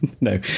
no